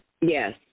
Yes